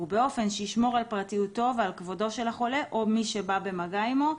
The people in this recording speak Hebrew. ובאופן שישמור על פרטיותו ועל כבודו של החולה או מי שבא במגע עמו,